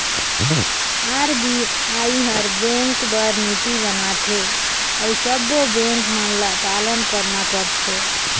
RBI हर bank बर नीति बनाथे अउ सब्बों बेंक मन ल पालन करना परथे